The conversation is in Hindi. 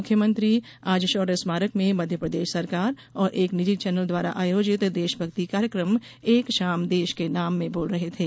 मुख्यमंत्री आज शौर्य स्मारक में मध्यप्रदेश सरकार और एक निजी चैनल द्वारा आयोजित र्देश भक्ति कार्यक्रम एक शाम देश के नाम में बोल रहे थे